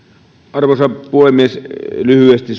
arvoisa puhemies lyhyesti